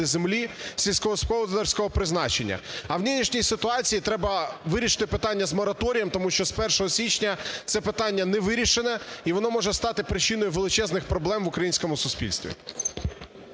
землі сільськогосподарського призначення. А в нинішній ситуації треба вирішити питання з мораторієм, тому що з 1 січня це питання не вирішене, і воно може стати причиною величезних проблем в українському суспільстві.